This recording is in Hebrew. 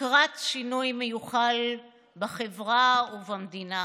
לקראת שינוי מיוחל בחברה ובמדינה.